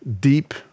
deep